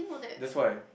that's why